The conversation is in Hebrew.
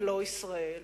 ולא ישראל,